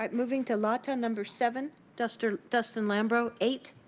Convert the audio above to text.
um living to lotta, number seven. dustin dustin lembo, eight,